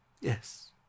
Yes